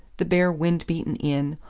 the bare wind-beaten inn,